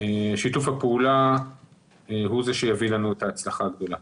שיתוף הפעולה הוא זה שיביא לנו את ההצלחה הגדולה.